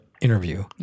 interview